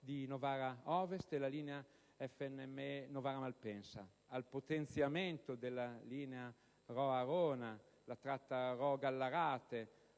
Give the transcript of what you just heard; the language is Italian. di Novara ovest e la linea FNME Novara-Malpensa, al potenziamento della linea Rho-Arona, alla tratta Rho-Gallarate,